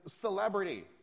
celebrity